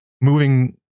moving